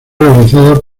realizada